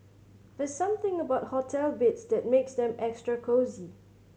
there's something about hotel beds that makes them extra cosy